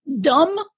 dumb